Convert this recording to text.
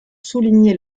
souligner